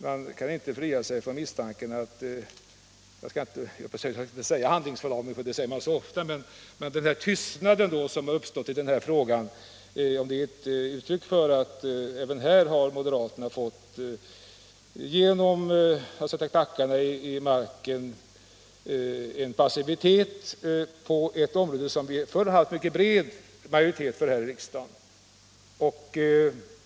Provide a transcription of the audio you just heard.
Jag skall inte säga att det är handlingsförlamning, för det säger man så ofta, men man kan inte frita sig från misstanken att den tystnad som har uppstått i den här frågan är ett uttryck för att moderaterna även här, genom att sätta klackarna i marken, har åstadkommit en passivitet på ett område där vi förr haft mycket bred majoritet här i riksdagen.